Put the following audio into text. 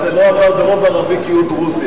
אגב, זה לא עבר ברוב ערבי, כי הוא דרוזי.